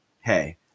Hey